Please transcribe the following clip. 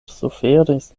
suferis